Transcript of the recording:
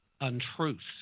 untruths